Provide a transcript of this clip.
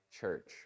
church